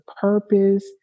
purpose